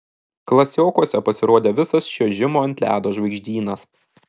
klasiokuose pasirodė visas čiuožimo ant ledo žvaigždynas